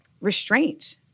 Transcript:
restraint